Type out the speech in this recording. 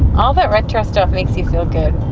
all that retro stuff makes you feel good.